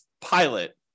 pilot